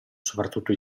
soprattutto